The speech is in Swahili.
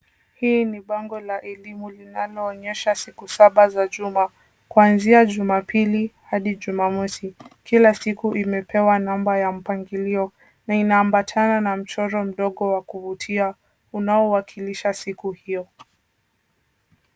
Hii na bango la elimu linaloonyesha siku saba za juma kwanzia Jumapili hadi Jumamosi. Kila siku imepewa namba ya mpangilio na inaambatana na mchoro mdogo wa kuvutia unaowakilisha siku hiyo.